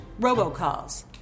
robocalls